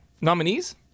nominees